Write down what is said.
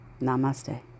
Namaste